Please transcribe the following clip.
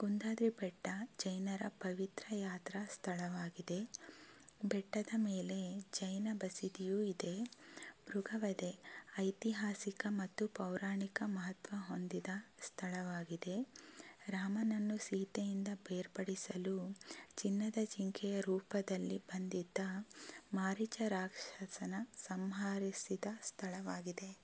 ಕುಂದಾದ್ರಿ ಬೆಟ್ಟ ಜೈನರ ಪವಿತ್ರ ಯಾತ್ರಾ ಸ್ಥಳವಾಗಿದೆ ಬೆಟ್ಟದ ಮೇಲೆ ಜೈನ ಬಸದಿಯೂ ಇದೆ ಮೃಗವಧೆ ಐತಿಹಾಸಿಕ ಮತ್ತು ಪೌರಾಣಿಕ ಮಹತ್ವ ಹೊಂದಿದ ಸ್ಥಳವಾಗಿದೆ ರಾಮನನ್ನು ಸೀತೆಯಿಂದ ಬೇರ್ಪಡಿಸಲು ಚಿನ್ನದ ಜಿಂಕೆಯ ರೂಪದಲ್ಲಿ ಬಂದಿದ್ದ ಮಾರೀಚ ರಾಕ್ಷಸನ ಸಂಹರಿಸಿದ ಸ್ಥಳವಾಗಿದೆ